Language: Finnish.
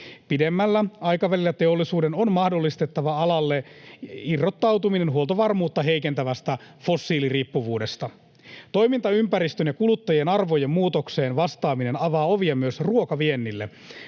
Pidemmällä aikavälillä teollisuuden on mahdollistettava alalle irrottautuminen huoltovarmuutta heikentävästä fossiiliriippuvuudesta. Toimintaympäristön ja kuluttajien arvojen muutokseen vastaaminen avaa ovia myös ruokaviennille.